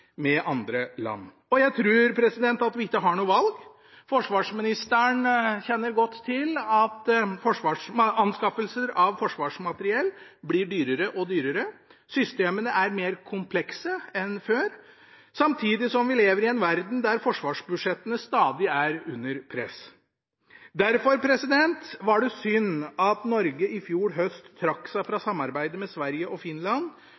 med andre land. Jeg tror ikke at vi har noe valg. Forsvarsministeren kjenner godt til at anskaffelser av forsvarsmateriell blir dyrere og dyrere, systemene er mer komplekse enn før, samtidig som vi lever i en verden der forsvarsbudsjettene stadig er under press. Derfor var det synd at Norge i fjor høst trakk seg fra samarbeidet med Sverige og Finland